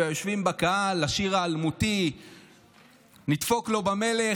לשיר האלמותי "נדפוק במלך,